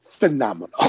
Phenomenal